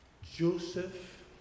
Joseph